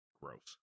gross